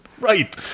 Right